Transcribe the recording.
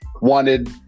wanted